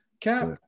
Cap